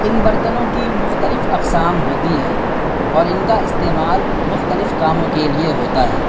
ان برتنوں کی مختلف اقسام ہوتی ہیں اور ان کا استعمال مختلف کاموں کے لیے ہوتا ہے